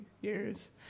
years